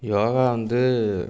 யோகா வந்து